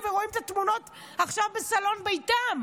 ורואים את התמונות עכשיו בסלון ביתם?